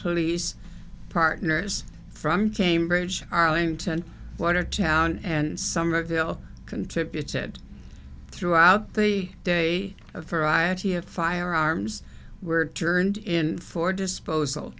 police partners from cambridge arlington watertown and somerville contributed throughout the day for firearms were turned in for disposal